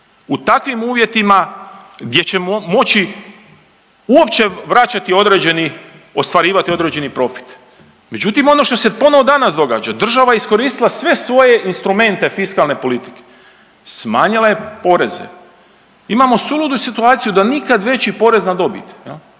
u takvim uvjetima gdje ćemo moći uopće vraćati određeni, ostvarivati određeni profit. Međutim ono što se ponovo danas događa, država je iskoristila sve svoje instrumente fiskalne politike, smanjila je poreze, imamo suludu situaciju da nikad veći porez na dobit